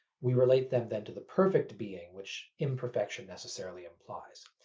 we relate them then to the perfect being, which imperfection necessarily implies.